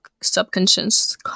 subconscious